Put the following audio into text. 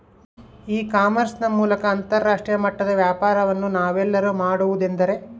E commerce ನ ಮೂಲಕ ಅಂತರಾಷ್ಟ್ರೇಯ ಮಟ್ಟದ ವ್ಯಾಪಾರವನ್ನು ನಾವೆಲ್ಲರೂ ಮಾಡುವುದೆಂದರೆ?